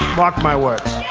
mark my words.